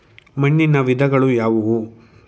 ಮಣ್ಣಿನ ವಿಧಗಳು ಯಾವುವು?